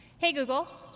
hey google.